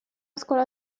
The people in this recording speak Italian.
scuola